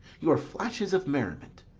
your flashes of merriment,